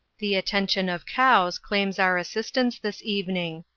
the attention of cows claims our assistance this evening.